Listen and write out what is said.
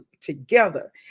together